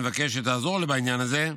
אני מבקש שתעזור לי בעניין הזה,